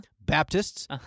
Baptists